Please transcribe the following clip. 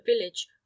village